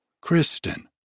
Kristen